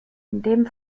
dem